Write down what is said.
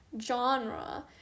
genre